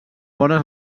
bones